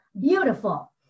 beautiful